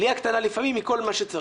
עלייה קטנה לפעמים היא כל מה שצריך.